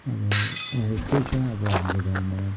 अब यस्तै छ अब हाम्रो गाउँमा